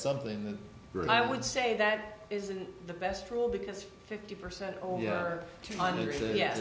something that i would say that isn't the best rule because fifty percent o